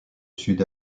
sud